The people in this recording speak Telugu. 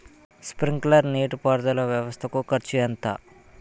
స్ప్రింక్లర్ నీటిపారుదల వ్వవస్థ కు ఖర్చు ఎంత?